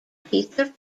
peter